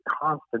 constant